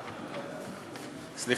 סליחה.